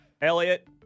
Elliot